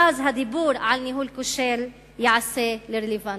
ואז הדיבור על ניהול כושל ייעשה רלוונטי.